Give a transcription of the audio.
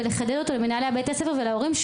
ולחדד אותו למנהלי בתי הספר ולהורים,